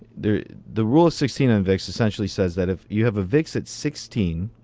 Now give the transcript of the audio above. the the rule of sixteen on vix essentially says that if you have a vix at sixteen,